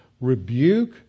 rebuke